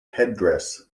headdress